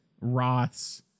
Roth's